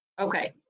Okay